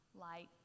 light